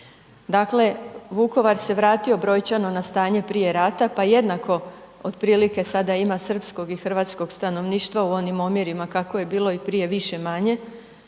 Dakle, Vukovar se vratio brojčano na stanje prije rata pa jednako otprilike sada ima srpskog i hrvatskog stanovništva u onim omjerima kako je bilo i prije više-manje